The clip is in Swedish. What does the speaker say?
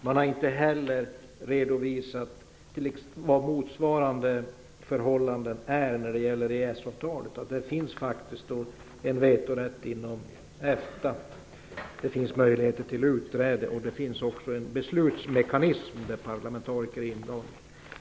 Man har inte heller redovisat vad som gäller i det här avseendet för EES-avtalet. Det finns faktiskt en vetorätt inom EFTA. Det finns möjligheter till utträde och en beslutsmekanism där parlamentariker är inblandade.